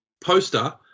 poster